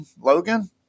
Logan